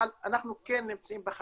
אבל אנחנו כן נמצאים בחזית,